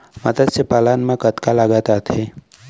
मतस्य पालन मा कतका लागत आथे?